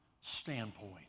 standpoint